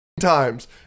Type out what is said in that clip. times